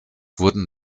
wurden